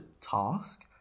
task